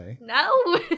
No